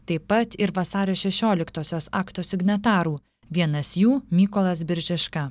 taip pat ir vasario šešioliktosios akto signatarų vienas jų mykolas biržiška